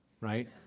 right